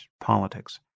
politics